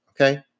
Okay